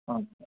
ಹಾಂ